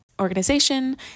organization